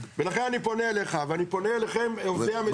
ולכן אני פונה אליך ואני פונה אליכם עובדי המשרדים.